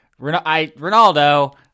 Ronaldo